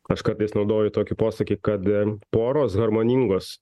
aš kartais naudoju tokį posakį kad poros harmoningos